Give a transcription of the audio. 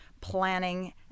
planning